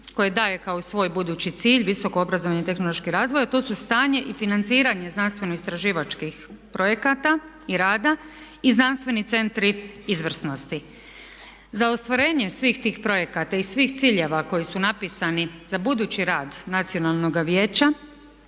koje daje kao svoj budući cilj visoko obrazovni i tehnološki razvoj, a to su stanje i financiranje znanstveno-istraživačkih projekata i rada i znanstveni centri izvrsnosti. Za ostvarenje svih tih projekata i svih ciljeva koji su napisani za budući rad Nacionalnoga vijeća